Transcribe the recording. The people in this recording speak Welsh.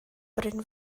bryn